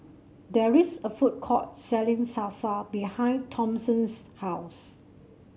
there is a food court selling Salsa behind Thompson's house